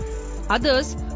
Others